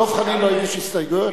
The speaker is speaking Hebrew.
דב חנין לא הגיש הסתייגויות?